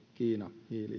kiinan hiilijalanjälkeen eli